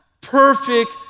perfect